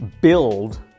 build